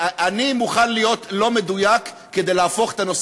אני מוכן להיות לא מדויק כדי להפוך את הנושא